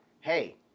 hey